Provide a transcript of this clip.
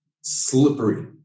slippery